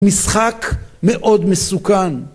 משחק מאוד מסוכן.